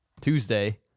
Tuesday